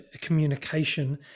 communication